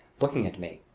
looking at me.